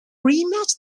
rematch